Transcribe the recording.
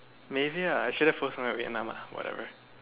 maybe I should have post when I am in Vietnam uh